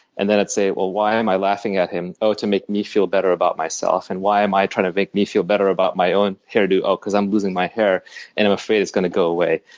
and then i'd say why am i laughing at him? oh, to make me feel better about myself. and why am i trying to make me feel better about my own hairdo? oh, because i'm losing my hair and i'm afraid it's going to go away.